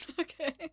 Okay